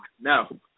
no